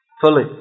fully